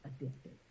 addicted